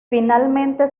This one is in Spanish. finalmente